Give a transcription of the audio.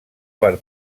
per